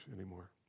anymore